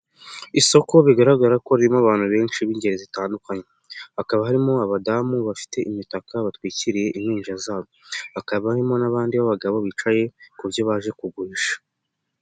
Isoko bigaragara ko ririmo abantu benshi b'ingeri zitandukanye, hakaba harimo abadamu bafite imitaka batwikiriye impinja zabo, hakaba harimo n'abandi b'abagabo bicaye ku byo baje kugurisha.